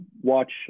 watch